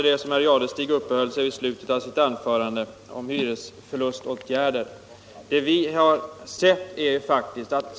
Herr talman! I slutet av sitt anförande uppehöll sig herr Jadestig vid hyresförluståtgärder.